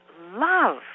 love